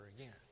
again